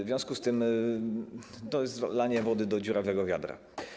W związku z tym to jest lanie wody do dziurawego wiadra.